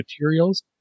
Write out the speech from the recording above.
materials